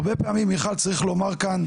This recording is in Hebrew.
הרבה פעמים מיכל צריך לומר כאן,